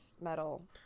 metal